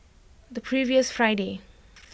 the previous Friday